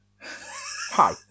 Hi